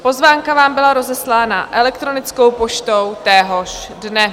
Pozvánka vám byla rozeslána elektronickou poštou téhož dne.